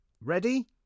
Ready